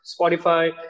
Spotify